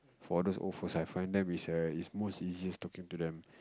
for those old folks I find them is err is most easiest talking to them